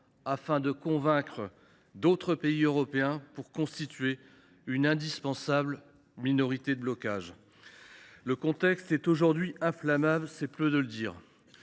afin de convaincre d’autres pays européens pour constituer une indispensable minorité de blocage. Le contexte est aujourd’hui inflammable ; c’est peu de le dire.